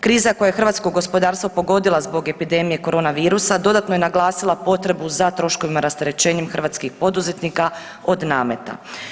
Kriza koja je hrvatsko gospodarstvo pogodila zbog epidemije korona virusa dodatno je naglasila potrebu za troškovima rasterećenjem hrvatskih poduzetnika od nameta.